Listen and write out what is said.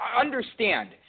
understand